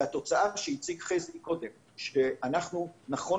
וחזי הציג קודם את התוצאה שאנחנו נכון